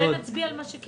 אולי נצביע על מה שאין